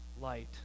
light